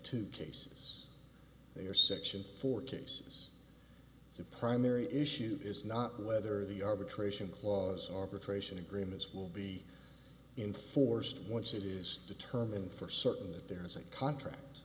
two cases they are section four cases the primary issue is not whether the arbitration clause arbitration agreements will be inforced once it is determined for certain that there is a contract